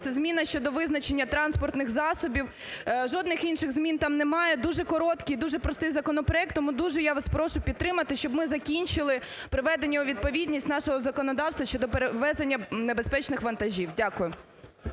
це зміна щодо визначення транспортних засобів. Жодних інших змін там немає. Дуже короткий і дуже простий законопроект, тому дуже я вас прошу підтримати, щоб ми закінчили приведення у відповідність нашого законодавства щодо перевезення небезпечних вантажів. Дякую.